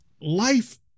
life